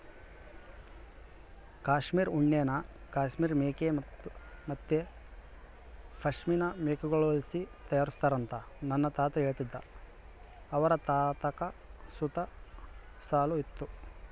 ಕಾಶ್ಮೀರ್ ಉಣ್ಣೆನ ಕಾಶ್ಮೀರ್ ಮೇಕೆ ಮತ್ತೆ ಪಶ್ಮಿನಾ ಮೇಕೆಗುಳ್ಳಾಸಿ ತಯಾರಿಸ್ತಾರಂತ ನನ್ನ ತಾತ ಹೇಳ್ತಿದ್ದ ಅವರತಾಕ ಸುತ ಶಾಲು ಇತ್ತು